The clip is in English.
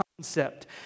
concept